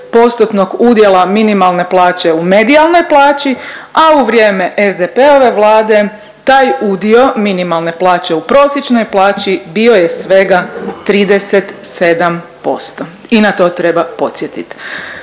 60%-tnog udjela minimalne plaće u medijalnoj plaći, a u vrijeme SDP-ove vlade taj udio minimalne plaće u prosječnoj plaći bio je svega 37% i na to treba podsjetiti.